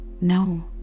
No